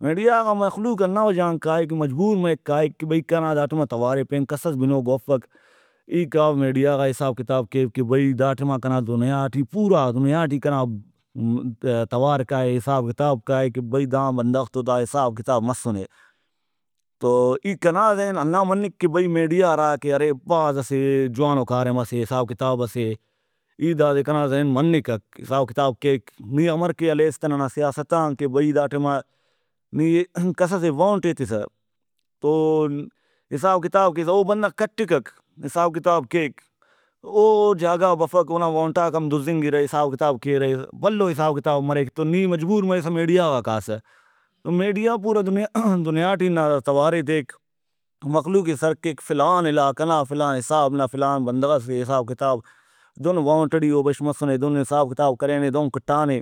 میڈیا غا مخلوق ہندا وجہ غان کائک مجبور مریک کائک کہ بھئی کنا دا تما توارے پین کسس بنوکو افک ای کاو میڈیا غا حساب کتاب کیو کہ بھئی داٹائما کنا دنیا ٹی پورا دنیا ٹی کنا توار کائے حساب کتاب کائے کہ بھئی دا بندغ تو دا حساب کتاب مسُنے تو ای کنا ذہن ہندا منک کہ میڈیا ہراکہ ارے بھاز اسہ جوانو کاریمسے حساب کتابسے ای دادے کنا ذہن منکک حساب کتاب کیک نی امر کہ ہلیس تہ ننا سیاستان کہ بھئی دا ٹائما نی کسسے ووٹ ایتسہ تو حساب کتاب کیسہ او بندغ کٹکک حساب کتاب کیک او جاگہ غا بفک اونا ووٹاک ہم دُزنگرہ حساب کتاب کیرہ بھلو حساب کتاب مریک تو نی مجبور مریسہ میڈیا غا کاسہ تو میڈیا پورا دنیا(voice) دنیا ٹی نا توارے دیک مخلوقے سر کیک فلان علاقہ نا فلان حساب نا فلان بندغسے حساب کتاب دہن ووٹ ٹی او بش مسنے دہن حساب کتاب کرینے دہن کٹانے